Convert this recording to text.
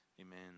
Amen